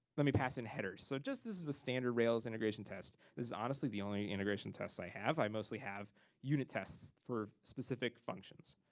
let me pass in headers. so just this is a standard rails integration test. this is honestly the only integration test i have. i mostly have unit tests for specific functions.